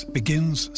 begins